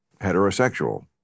heterosexual